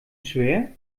schwer